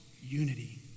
unity